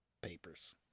papers